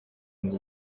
ngo